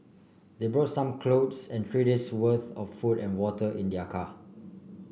they brought some clothes and three days' worth of food and water in their car